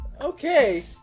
Okay